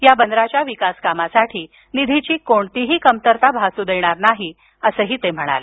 या बंदराच्या विकासकामासाठी निधीची कोणतीही कमतरता भासू देणार नाही असं त्यांनी सांगितलं